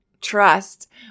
trust